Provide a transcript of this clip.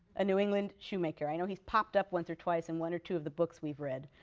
a new england shoemaker. i know he's popped up once or twice in one or two of the books we've read.